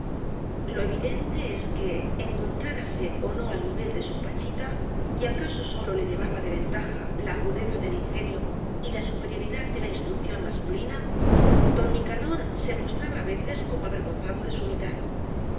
lo evidente es que encontrárase ó no al nivel de su pachita y acaso sólo le llevaba de ventaja la agudeza del ingenio y la superioridad de la instrucción masculina don nicanor se mostraba á veces como avergonzado de su mitad